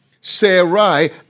Sarai